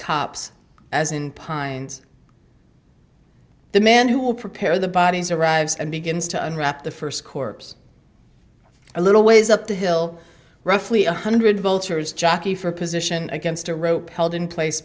cops as in pines the man who will prepare the bodies arrives and begins to unwrap the first corpse a little ways up the hill roughly one hundred vultures jockey for position against a rope held in place